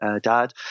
dad